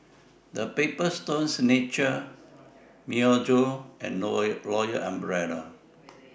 The Paper Stone Signature Myojo and Royal Umbrella